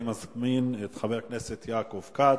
אני מזמין את חבר הכנסת יעקב כץ,